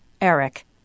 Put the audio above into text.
Eric